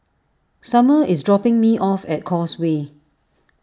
Sommer is dropping me off at Causeway